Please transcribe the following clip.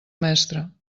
mestre